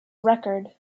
record